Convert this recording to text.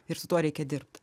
ir su tuo reikia dirbt